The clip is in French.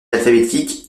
alphabétique